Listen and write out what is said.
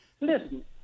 Listen